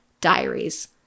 diaries